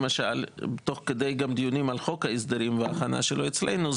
גם תוך כדי הדיונים על חוק ההסדרים וההכנה שלו אצלנו,